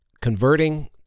converting